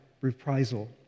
reprisal